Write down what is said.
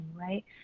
right